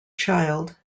child